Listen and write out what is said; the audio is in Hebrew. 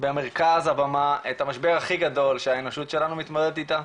במרכז הבמה את המשבר הכי גדול שהאנושות שלנו מתמודדת איתו,